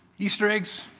easter eggs,